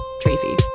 Tracy